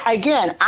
again